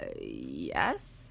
Yes